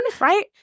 Right